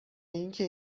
اینکه